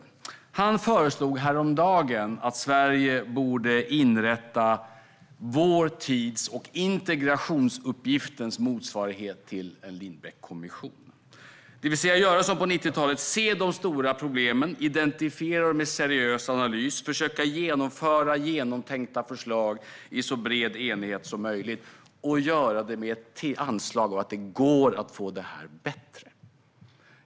Widar Andersson föreslog häromdagen att Sverige ska inrätta vår tids och integrationsuppgiftens motsvarighet till Lindbeckkommissionen, det vill säga göra som på 90-talet: se de stora problemen, identifiera dem i seriös analys, försöka genomföra genomtänkta förslag i så bred enighet som möjligt och göra det med anslaget att det går att få det här att bli bättre.